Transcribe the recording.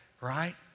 Right